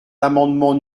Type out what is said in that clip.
l’amendement